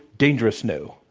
dangerous new.